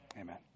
Amen